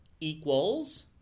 equals